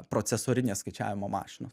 proceso rinės skaičiavimo mašinos